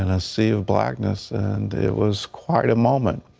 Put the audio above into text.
and a sea of blackness, and it was quite a moment.